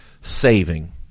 saving